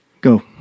go